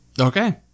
Okay